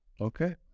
Okay